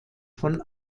von